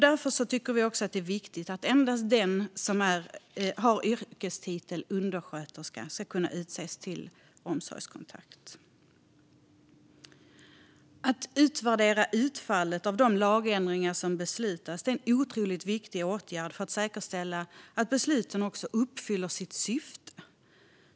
Därför tycker vi att det är viktigt att endast den som har yrkestiteln undersköterska ska kunna utses till omsorgskontakt. Att utvärdera utfallet av de lagändringar som beslutas är en otroligt viktig åtgärd för att säkerställa att besluten uppfyller sitt syfte.